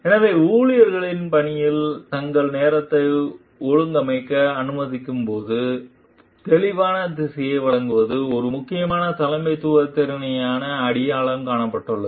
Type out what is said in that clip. எனவே ஊழியர்கள் பணியில் தங்கள் நேரத்தை ஒழுங்கமைக்க அனுமதிக்கும் போது தெளிவான திசையை வழங்குவது ஒரு முக்கியமான தலைமைத்துவ திறனாக அடையாளம் காணப்பட்டுள்ளது